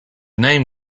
name